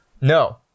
no